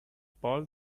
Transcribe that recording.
pal